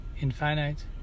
infinite